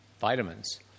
vitamins